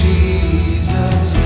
Jesus